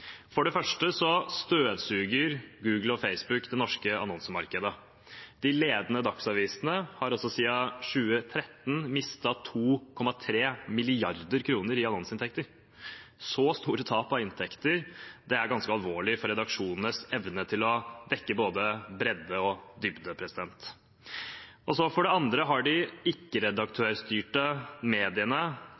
For det første støvsuger Google og Facebook det norske annonsemarkedet. De ledende dagsavisene har siden 2013 mistet 2,3 mrd. kr i annonseinntekter. Så store tap av inntekter er ganske alvorlig for redaksjonenes evne til å dekke både bredde og dybde. For det andre har de ikke-redaktørstyrte mediene